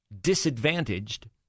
disadvantaged